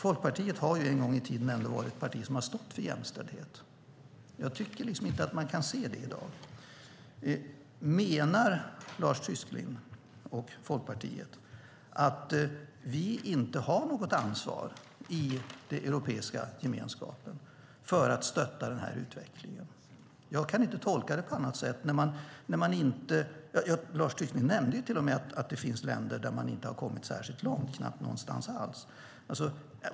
Folkpartiet har en gång i tiden varit partiet som har stått för jämställdhet. Jag tycker inte att man kan se det i dag. Menar Lars Tysklind och Folkpartiet att vi inte har något ansvar i den europeiska gemenskapen för att stötta utvecklingen? Jag kan inte tolka det på annat sätt. Lars Tysklind nämnde till och med att det finns länder där man inte har kommit särskilt långt, knappt någonstans alls.